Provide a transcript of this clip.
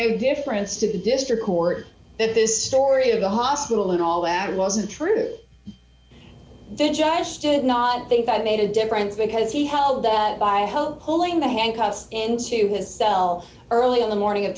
no difference to the district court that this story of the hospital and all that wasn't true the judge did not think i made a difference because he held that by hope pulling the handcuffs into his cell early in the morning a